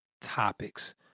topics